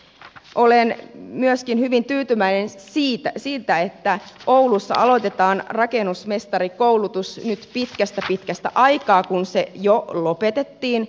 olen myöskin hyvin tyytyväinen siitä että oulussa aloitetaan rakennusmestarikoulutus nyt pitkästä pitkästä aikaa kun se jo lopetettiin